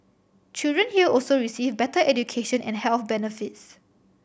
children here also receive better education and health benefits